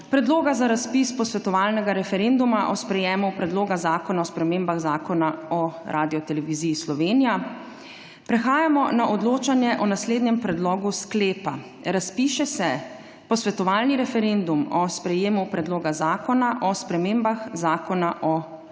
obravnavoPredloga za razpis posvetovalnega referenduma o sprejemu Predloga zakona o spremembah Zakona o Radioteleviziji Slovenija. Prehajamo na odločanje o naslednjem predlogu sklepa: Razpiše se posvetovalni referendum o sprejemu Predloga zakona o spremembah Zakona o Radioteleviziji Slovenija.